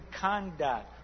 conduct